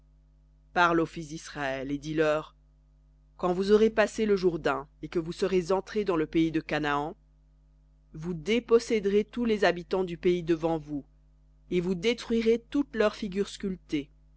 aux fils d'israël et dis-leur quand vous aurez passé le jourdain et que vous serez entrés dans le pays de canaan vous déposséderez tous les habitants du pays devant vous et vous détruirez toutes leurs figures